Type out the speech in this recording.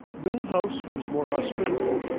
no house was more hospitable,